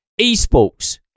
Esports